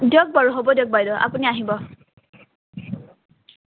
দিয়ক বাৰু হ'ব দিয়ক বাইদ' আপুনি আহিব